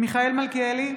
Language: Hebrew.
מיכאל מלכיאלי,